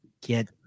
get